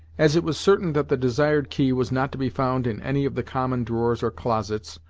as it was certain that the desired key was not to be found in any of the common drawers or closets,